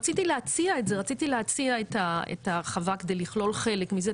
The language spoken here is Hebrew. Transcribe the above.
רציתי להציע את ההרחבה כדי לכלול חלק מזה,